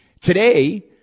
Today